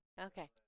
Okay